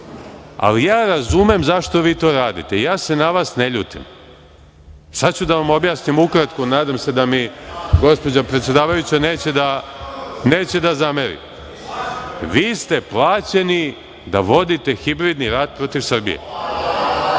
nafte. Ja razumem zašto vi to radite. Ja se na vas ne ljutim. Sad ću da vam objasnim ukratko, nadam se da mi gospođa predsedavajuća neće da zameri. Vi ste plaćeni da vodite hibridni rat protiv Srbije,